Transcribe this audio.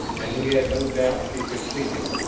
and he had no doubt she could see him.